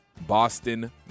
Boston